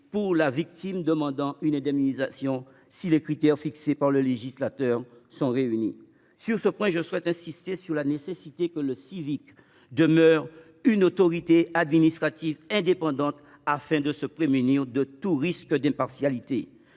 pour la victime demandant une indemnisation si les critères fixés par le législateur sont réunis. Sur ce point, je souhaite insister sur la nécessité pour le Civic de demeurer une autorité administrative indépendante, afin de se prémunir de tout risque d’impartialité.